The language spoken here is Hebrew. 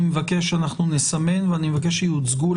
אני מבקש שאנחנו נסמן ואני מבקש שתוצג לנו